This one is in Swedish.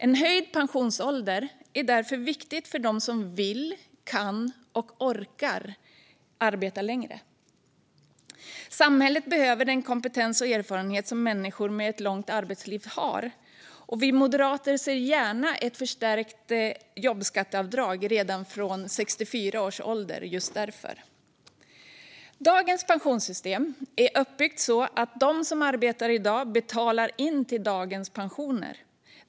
En höjd pensionsålder är därför viktig för dem som vill, kan och orkar arbeta längre. Samhället behöver den kompetens och erfarenhet som människor som haft ett långt arbetsliv har. Vi moderater ser gärna ett förstärkt jobbskatteavdrag redan från 64 års ålder just därför. Dagens pensionssystem är uppbyggt så att de som arbetar i dag betalar in till dagens pensioner.